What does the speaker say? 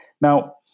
Now